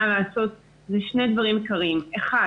לעשות הוא שני דברים עיקריים: אחד